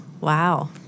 wow